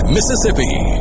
Mississippi